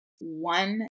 one